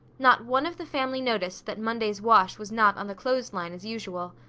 not one of the family noticed that monday's wash was not on the clothes line as usual.